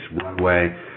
runway